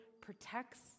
protects